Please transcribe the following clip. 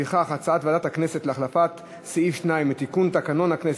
הצעת ועדת הכנסת להחלפת סעיף 2 לתיקון תקנון הכנסת,